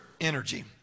energy